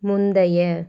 முந்தைய